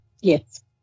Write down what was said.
Yes